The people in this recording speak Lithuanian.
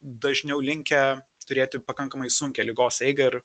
dažniau linkę turėti pakankamai sunkią ligos eigą ir